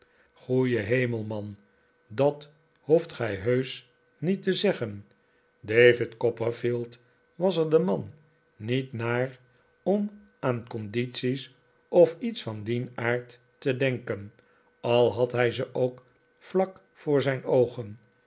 goede hemel man dat hbeft gij heusch niet te zeggen david gopperfield was er de man niet naar om aan cbndities of iets van dien aard te denken al had hij ze ook vlak voor zijn oogen